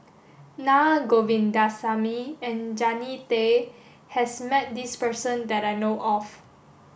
Naa Govindasamy and Jannie Tay has met this person that I know of